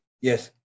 Yes